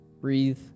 breathe